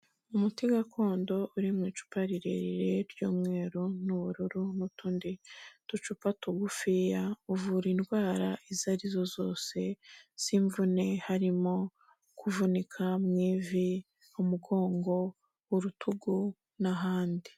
Umuti gakondo uri mu icupa rirerire ry'umweru n'ubururu n'utundi ducupa tugufiya, uvura indwara izo ari zo zose z'imvune, harimo: Kuvunika mu ivi, umugongo, urutugu n'ahandi.